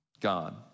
God